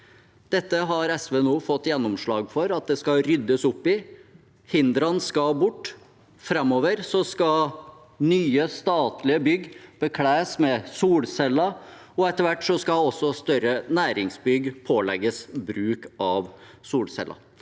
Dette har SV nå fått gjennomslag for at det skal ryddes opp i. Hindrene skal bort. Framover skal nye statlige bygg bekles med solceller, og etter hvert skal også større næringsbygg pålegges bruk av solceller.